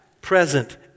present